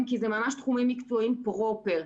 כי אלה ממש תחומים מקצועיים פרופר.